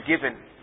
forgiven